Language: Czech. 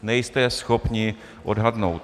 Nejste schopni odhadnout.